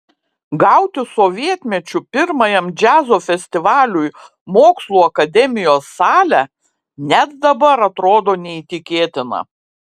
gauti sovietmečiu pirmajam džiazo festivaliui mokslų akademijos salę net dabar atrodo neįtikėtina